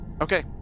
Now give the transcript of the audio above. Okay